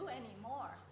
anymore